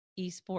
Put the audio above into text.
esports